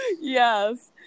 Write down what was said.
Yes